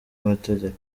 mategeko